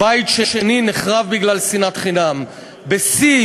מתוך הבנה שעל-פי רוב אנחנו נעשה וגם נשמע וגם נציית,